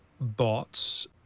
bots